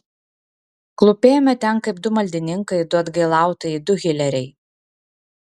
klūpėjome ten kaip du maldininkai du atgailautojai du hileriai